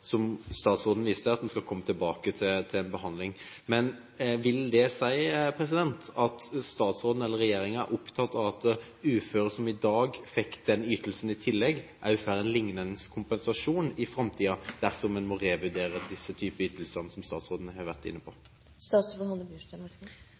som statsråden viste til, at man skal komme tilbake til en behandling. Vil det si at regjeringen er opptatt av at uføre som i dag fikk den ytelsen i tillegg, også får en liknende kompensasjon i framtiden, dersom en må revurdere disse typene ytelser som statsråden har vært inne